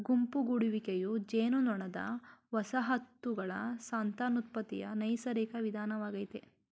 ಗುಂಪು ಗೂಡುವಿಕೆಯು ಜೇನುನೊಣದ ವಸಾಹತುಗಳ ಸಂತಾನೋತ್ಪತ್ತಿಯ ನೈಸರ್ಗಿಕ ವಿಧಾನವಾಗಯ್ತೆ